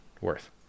worth